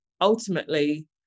ultimately